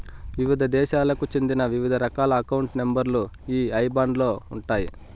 వివిధ దేశాలకు చెందిన వివిధ రకాల అకౌంట్ నెంబర్ లు ఈ ఐబాన్ లో ఉంటాయి